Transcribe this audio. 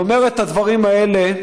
אני אומר את הדברים האלה: